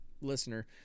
listener